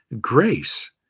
grace